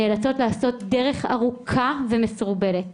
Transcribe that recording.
נאלצות לעשות דרך ארוכה ומסורבלת,